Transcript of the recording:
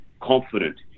confident